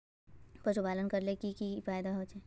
पशुपालन करले की की फायदा छे?